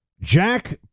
Jack